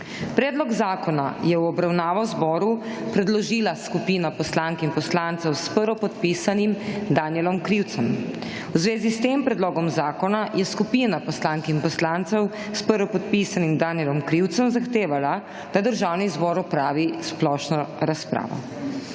Predlog zakona je v obravnavo zboru predložila skupina poslank in poslancev s prvopodpisanim Danijelom Krivcem. V zvezi s tem predlogom zakona je skupina poslank in poslancev s prvopodpisanim Danijelom Krivcem zahtevala, da Državni zbor opravi splošno razpravo.